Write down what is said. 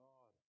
God